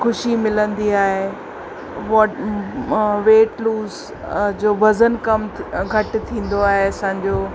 ख़ुशी मिलंदी आहे वॉ वेट लूज़ जो वज़न कम घटि थींदो आहे असांजो